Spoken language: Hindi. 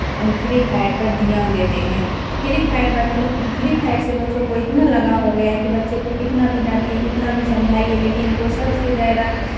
फ्री फायर पर ध्यान देते हैं फ्री फायर बच्चों फ्री फायर से बच्चों को इतना लगाव हो गया है कि बच्चे को कितना भी डाँटिए जितना भी समझाइये लेकिन उनको सबसे ज़्यादा